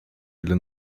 ile